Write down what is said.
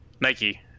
Nike